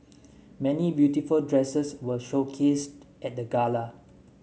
many beautiful dresses were showcased at the gala